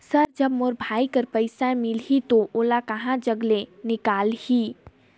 Sir जब मोर भाई के पइसा मिलही तो ओला कहा जग ले निकालिही?